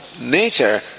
Nature